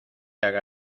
haga